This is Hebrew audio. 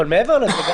מעבר לזה,